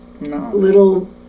little